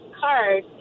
card